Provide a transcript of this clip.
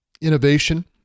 innovation